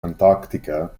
antarctica